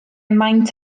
maint